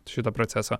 šito proceso